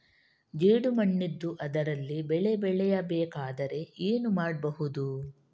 ಜೇಡು ಮಣ್ಣಿದ್ದು ಅದರಲ್ಲಿ ಬೆಳೆ ಬೆಳೆಯಬೇಕಾದರೆ ಏನು ಮಾಡ್ಬಹುದು?